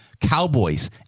Cowboys